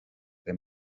que